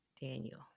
Daniel